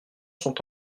sont